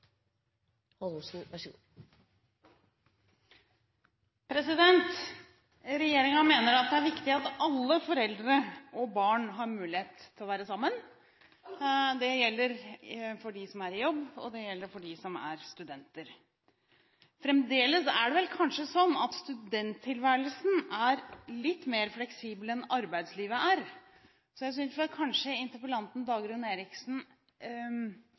viktig at alle foreldre og barn har mulighet til å være sammen. Det gjelder for dem som er i jobb, og det gjelder for dem som er studenter. Fremdeles er det kanskje sånn at studenttilværelsen er litt mer fleksibel enn arbeidslivet er. Jeg synes kanskje at interpellanten Dagrun Eriksen